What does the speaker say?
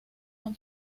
han